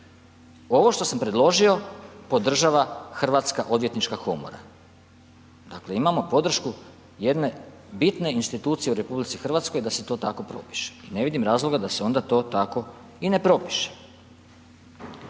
Ovo što sam predložio podržava Hrvatska odvjetnička komora. Dakle, imamo podršku jedne bitne institucije u RH da se to tako propiše i ne vidim razloga da se onda to tako i ne propiše.